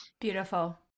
Beautiful